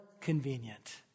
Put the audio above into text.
convenient